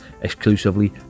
exclusively